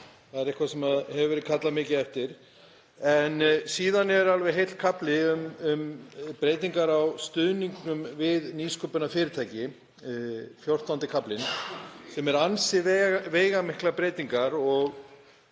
Það er eitthvað sem hefur verið kallað mikið eftir. En síðan er alveg heill kafli um breytingar á stuðningnum við nýsköpunarfyrirtæki, XIV. kaflinn, sem eru ansi veigamiklar breytingar og